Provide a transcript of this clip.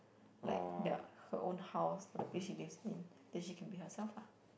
like the her own house or the place she lives in then she can be herself lah